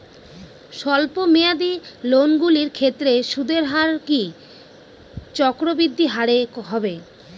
স্বল্প মেয়াদী লোনগুলির ক্ষেত্রে সুদের হার কি চক্রবৃদ্ধি হারে হবে?